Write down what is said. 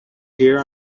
here